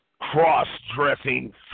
cross-dressing